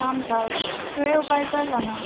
शाम तक तूहे उपाए कर लऽ ने